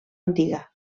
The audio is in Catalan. antiga